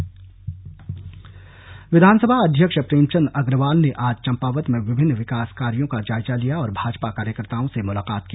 कुमांऊ भ्रमण विधानसभा अध्यक्ष प्रेमचंद अग्रवाल ने आज चम्पावत में विभिन्न विकास कार्यों का जायजा लिया और भाजपा कार्यकर्ताओं से मुलाकात की